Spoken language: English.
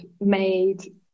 made